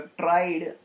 tried